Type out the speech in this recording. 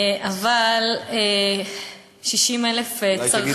אבל 60,000 צרכנים,